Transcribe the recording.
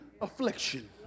affliction